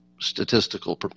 statistical